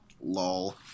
Lol